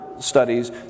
studies